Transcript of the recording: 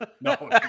No